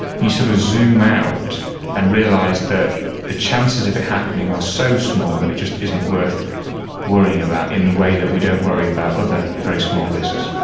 you sort of zoom out and realise that the chances of it happening are so small that it just isn't worth worrying about in the way that we don't worry about other very small risks.